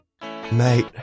Mate